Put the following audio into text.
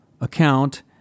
account